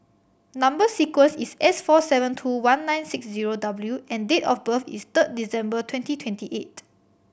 number sequence is S four seven two one nine six zero W and date of birth is third December twenty twenty eight